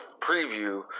preview